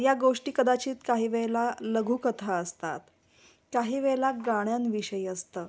या गोष्टी कदाचित काही वेळेला लघुकथा असतात काही वेळेला गाण्यांविषयी असतं